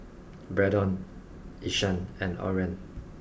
Braedon Ishaan and Oren